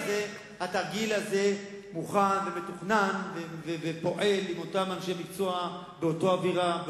הזה מוכן ומתוכנן ופועל עם אותם אנשי מקצוע באותה אווירה,